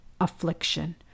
affliction